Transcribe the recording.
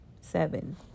Seven